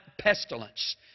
pestilence